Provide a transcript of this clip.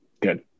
Good